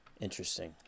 Interesting